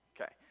Okay